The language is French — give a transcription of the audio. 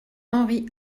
henri